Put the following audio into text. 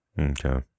Okay